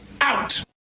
out